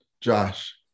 Josh